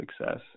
success